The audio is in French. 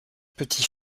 petit